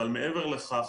אבל מעבר לכך,